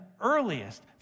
earliest